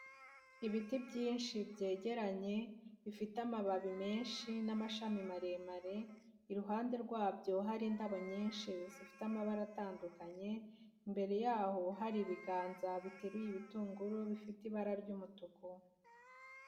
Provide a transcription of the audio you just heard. Ibiti byinshi byegeranye bifite amababi menshi n'amashami maremare, iruhande rwabyo hari indabo nyinshi zifite amabara atandukanye, imbere y'aho hari ibiganza biteruye ibitunguru bifite ibara ry'umutuku.